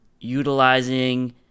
utilizing